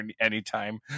anytime